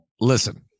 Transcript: listen